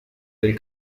del